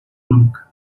nunca